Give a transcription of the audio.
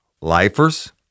lifers